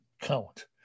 count